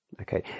Okay